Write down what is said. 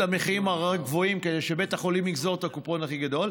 המחירים הגבוהים כדי שבית החולים יגזור את הקופון הכי גדול,